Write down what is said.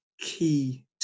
key